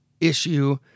issue